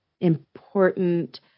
important